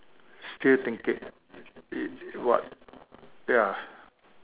still thinking it what ya